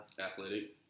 Athletic